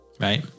Right